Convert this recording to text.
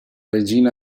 regina